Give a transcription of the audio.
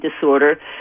disorder